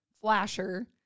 flasher